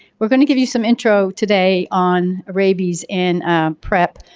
we're going to give you some intro today on rabies and prep,